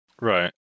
Right